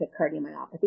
cardiomyopathy